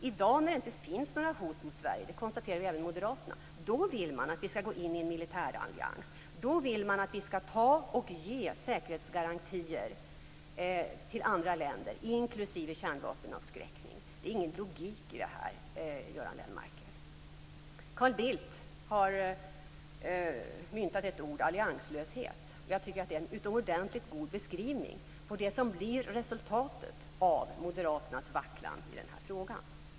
I dag när det inte finns några hot mot Sverige - och det konstaterar även moderaterna - vill moderaterna att vi skall gå in i en militärallians. De vill att vi skall ta och ge säkerhetsgarantier till andra länder, inklusive kärnvapenavskräckning. Det finns ingen logik i detta, Göran Lennmarker. Carl Bildt har myntat uttrycket allianslöshet, och det är en utomordentligt god beskrivning av det som blir resultatet av moderaternas vacklan i den här frågan.